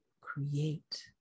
create